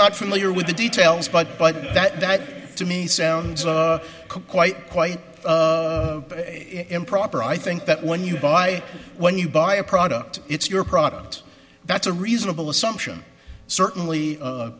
not familiar with the details but but that to me sounds quite quite improper i think that when you buy when you buy a product it's your product that's a reasonable assumption certainly